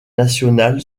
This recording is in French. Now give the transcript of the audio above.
national